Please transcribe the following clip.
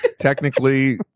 Technically